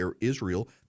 Israel